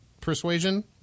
persuasion